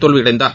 தோல்வியடைந்தார்